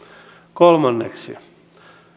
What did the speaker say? kolmanneksi